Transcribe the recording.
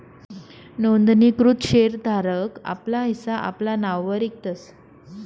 नोंदणीकृत शेर धारक आपला हिस्सा आपला नाववर इकतस